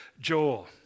Joel